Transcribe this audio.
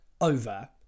over